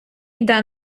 йде